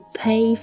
pay